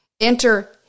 enter